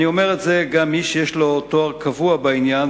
אומר את זה גם מי שיש לו תואר קבוע בעניין,